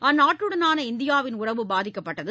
அந்நாட்டுடாள இந்தியாவின் உறவு பாதிக்கப்பட்டது